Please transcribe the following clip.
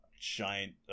giant